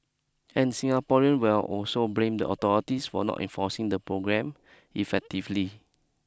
and Singaporean will also blame the authorities for not enforcing the programme effectively